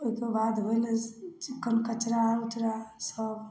ओहिके बाद भेलै कचड़ा उचड़ा सभ